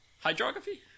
Hydrography